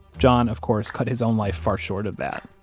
john, of course, cut his own life far short of that.